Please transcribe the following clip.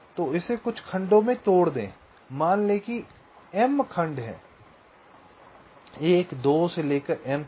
तो इसे कुछ खंडों में तोड़ दें मान लें कि m खंड हैं 1 2 से लेकर m तक